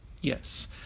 yes